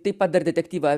taip pat dar detektyvą